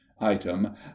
item